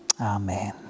Amen